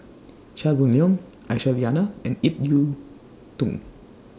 Chia Boon Leong Aisyah Lyana and Ip Yiu Tung